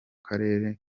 karere